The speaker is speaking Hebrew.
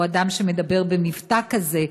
או אדם שמדבר במבטא כזה,